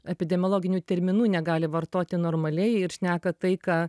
epidemiologinių terminų negali vartoti normaliai ir šneka tai ką